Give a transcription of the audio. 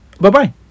Bye-bye